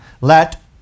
Let